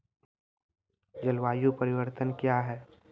जलवायु परिवर्तन कया हैं?